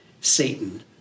Satan